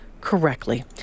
correctly